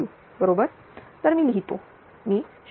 तर मी लिहितो मी 0